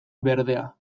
berdea